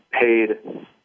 paid